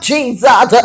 Jesus